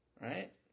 Right